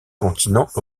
continent